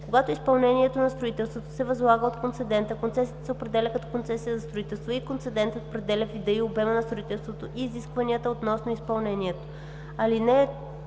Когато изпълнението на строителство се възлага от концедента, концесията се определя като концесия за строителство и концедентът определя вида и обема на строителството и изискванията относно изпълнението му.